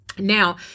Now